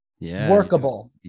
workable